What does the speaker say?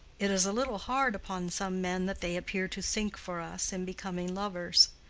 it is a little hard upon some men that they appear to sink for us in becoming lovers.